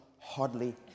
hardly